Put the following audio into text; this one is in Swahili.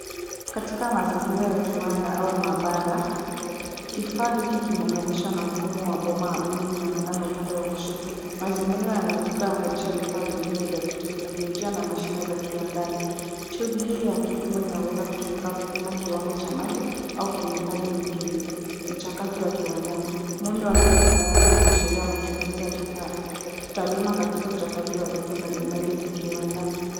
Katika mazingira ya kiwanda au maabara, kifaa hiki kimeunganishwa na mfumo wa boma wa blue linaonekana upande wa kushoto. Mazingira yamezukaa na kuonyesha vifaa vingine vya kiteknolojia na mashine za kiwandani. Tube hii ya kipimo inaweza kutumika kupima kiwango cha maji au kemikali nyingine, ni chakato ya kiwandani. Mwendo wake wa kisayansi unaashiria matumizi ya kitaaluma katika uchakati wa vitu mbalimbali za kiwandani.